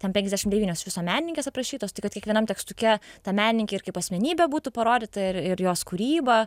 tempė penkiasdešim devynios iš viso menininkės aprašytos tai kad kiekvienam tekstuke ta menininkė ir kaip asmenybė būtų parodyta ir ir jos kūryba